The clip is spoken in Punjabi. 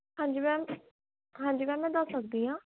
ਹਾਂਜੀ ਮੈਮ ਹਾਂਜੀ ਮੈਮ ਮੈਂ ਦੱਸ ਸਕਦੀ ਹਾਂ